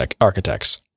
architects